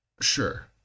Sure